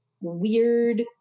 weird